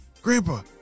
Grandpa